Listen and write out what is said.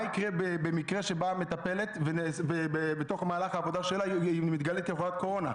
מה יקרה במקרה שבאה מטפלת ובמהלך העבודה שלה היא מתגלה כחולת קורונה?